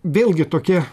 vėlgi tokie